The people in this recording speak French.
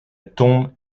tombe